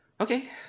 Okay